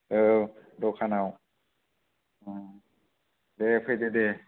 औ दखानाव दे फैदो दे